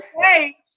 Hey